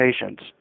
patients